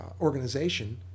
Organization